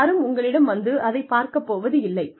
யாரும் உங்களிடம் வந்து அதைப் பார்க்கப் போவதில்லை